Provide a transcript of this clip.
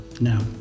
Now